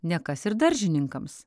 nekas ir daržininkams